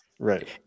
Right